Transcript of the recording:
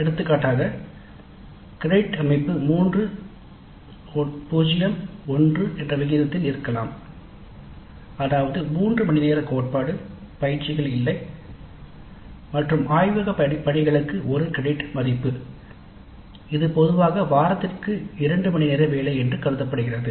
எடுத்துக்காட்டாக கிரெடிட் அமைப்பு 3 0 1 என்று இருக்கலாம் அதாவது மூன்று மணிநேர கோட்பாடு பயிற்சிகள் இல்லை மற்றும் ஆய்வகப் பணிகளுக்கு ஒரு கிரெடிட் மதிப்பு இது பொதுவாக வாரத்திற்கு இரண்டு மணிநேர வேலை என்று கருதப்படுகிறது